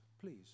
please